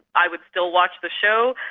i would still watch the show,